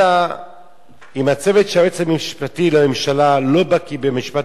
אלא אם כן הצוות של היועץ המשפטי לממשלה לא בקי במשפט